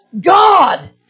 God